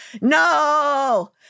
no